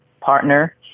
partner